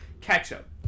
ketchup